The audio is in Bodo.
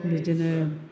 बिदिनो